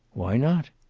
why not?